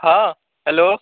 हाँ हेलो